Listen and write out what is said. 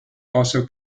also